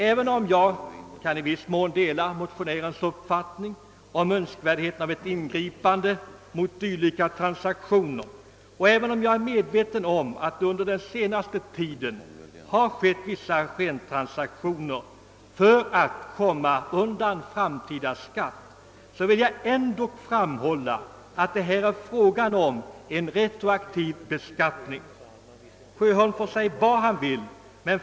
Trots att jag i viss mån kan dela motionärernas uppfattning om önskvärdheten av ett ingripande mot dylika tränsaktioner och trots att jag är väl medveten om att under den senaste tiden vissa skentransaktioner har vidtagits för att man därigenom skulle komma undan framtida skatt, så vill jag ändå framhålla att det här är fråga om en retroaktiv beskattning. — Herr Sjöholm må säga vad han vill!